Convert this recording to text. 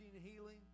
healing